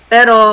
Pero